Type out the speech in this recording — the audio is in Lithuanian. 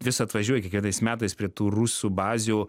vis atvažiuoja kiekvienais metais prie tų rusų bazių